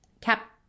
Cap